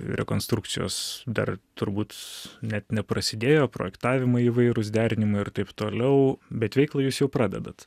rekonstrukcijos dar turbūt net neprasidėjo projektavimai įvairūs derinimai ir taip toliau bet veiklą jūs jau pradedat